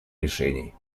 решений